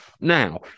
Now